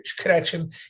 connection